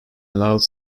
allowed